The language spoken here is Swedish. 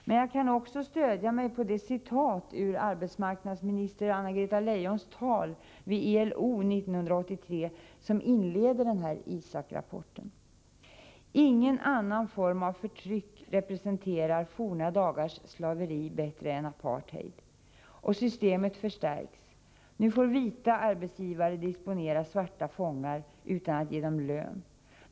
Men jag kan också stödja mig på det citat ur arbetsmarknadsminister Anna-Greta Leijons tal vid ILO 1983 som inleder den ISAK-rapporten: ”Ingen annan form av förtryck representerar forna dagars slaveri bättre än apartheid. Och systemet förstärks. Nu får vita arbetsgivare disponera svarta fångar, utan att ge dem lön.